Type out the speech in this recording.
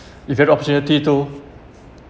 if you got opportunity to